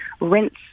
rinse